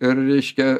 ir reiškia